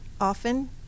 often